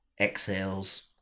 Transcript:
Exhales